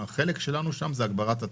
החלק שלנו שם הוא הגברת התחרות.